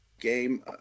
game